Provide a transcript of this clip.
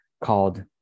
called